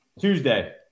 Tuesday